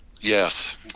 yes